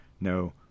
no